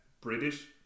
British